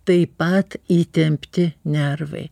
taip pat įtempti nervai